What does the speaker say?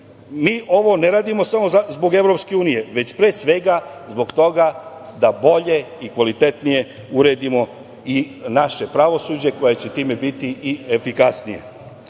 mi ovo ne radimo samo zbog EU, već pre svega zbog toga da bolje i kvalitetnije uredimo i naše pravosuđe koje će time biti i efikasnije.